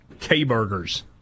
K-burgers